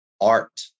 art